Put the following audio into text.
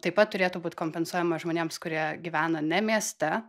taip pat turėtų būt kompensuojama žmonėms kurie gyvena ne mieste